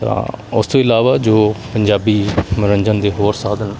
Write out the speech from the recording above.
ਤਾਂ ਉਸ ਤੋਂ ਇਲਾਵਾ ਜੋ ਪੰਜਾਬੀ ਮਨੋਰੰਜਨ ਦੇ ਹੋਰ ਸਾਧਨ